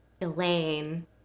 Elaine